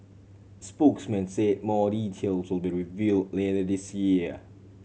spokesman say more details will be reveal later this year